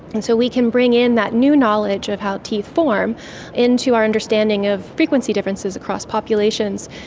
and so we can bring in that new knowledge of how teeth form into our understanding of frequency differences across populations.